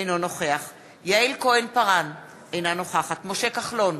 אינו נוכח יעל כהן-פארן, אינה נוכחת משה כחלון,